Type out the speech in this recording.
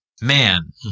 man